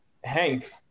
Hank